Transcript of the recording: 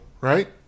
right